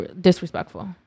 disrespectful